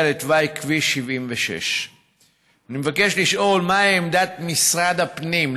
לתוואי כביש 76. אני מבקש לשאול: מהי עמדת משרד הפנים,